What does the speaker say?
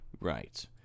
Right